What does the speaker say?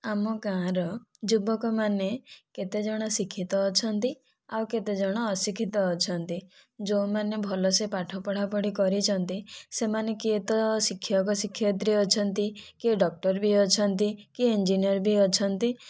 ଆମ ଗାଁର ଯୁବକ ମାନେ କେତେଜଣ ଶିକ୍ଷିତ ଅଛନ୍ତି ଆଉ କେତେଜଣ ଅଶିକ୍ଷିତ ଅଛନ୍ତି ଯେଉଁ ମାନେ ଭଲରେ ପାଠ ପଢ଼ା ପଢ଼ି କରିଛନ୍ତି ସେମାନେ କିଏ ତ ଶିକ୍ଷକ ଶିକ୍ଷୟତ୍ରୀ ଅଛନ୍ତି କିଏ ଡକ୍ଟର ବି ଅଛନ୍ତି କିଏ ଇଞ୍ଜିନିଅର ବି ଅଛନ୍ତି